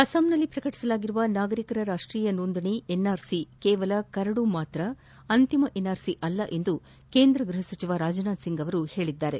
ಅಸ್ಸಾಂನಲ್ಲಿ ಪ್ರಕಟಿಸಲಾಗಿರುವ ನಾಗರಿಕರ ರಾಷ್ಷೀಯ ನೋಂದಣಿ ಎನ್ಆರ್ಸಿ ಕೇವಲ ಕರಡು ಮಾತ್ರ ಅಂತಿಮ ಎನ್ಆರ್ಸಿ ಅಲ್ಲ ಎಂದು ಕೇಂದ್ರ ಗೃಹಸಚಿವ ರಾಜನಾಥ್ ಸಿಂಗ್ ಹೇಳಿದ್ದಾರೆ